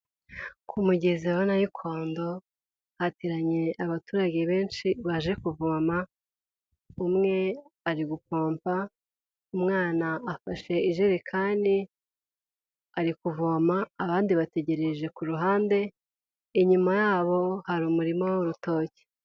Ku mugezi wa nayikondo hateranye abaturage benshi baje kuvoma, umwe ari gupompa umwana afashe ijerekani ari kuvoma, abandi bategereje ku ruhande inyuma yabo hari umurima w'urutoki.